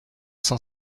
cent